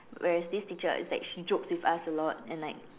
whereas this teacher it's like she jokes with us a lot and like